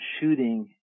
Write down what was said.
shooting